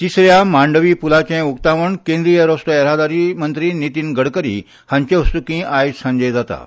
तिसऱया मांडवी पुलाचें उकतावण केंद्रीय रस्तो येरादारी मंत्री नितीन गडकरी हांचे हस्त्कीं आयज सांजे जाता